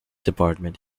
department